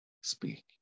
speak